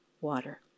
water